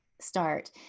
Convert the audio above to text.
start